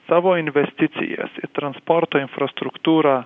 savo investicijas į transporto infrastruktūrą